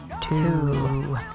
two